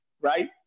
right